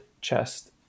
chest